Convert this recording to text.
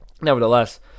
nevertheless